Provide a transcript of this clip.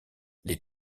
les